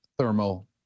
Thermal